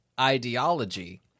ideology